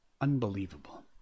Unbelievable